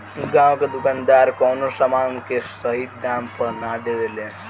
गांव के दुकानदार कवनो समान के सही दाम पर ना देवे ले